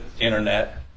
Internet